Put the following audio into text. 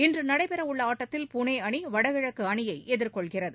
இன்று நடைபெறவுள்ள ஆட்டத்தில் புனே அணி வடகிழக்கு அணியை எதிர்கொள்கிறது